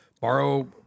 borrow